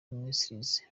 ministries